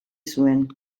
zuen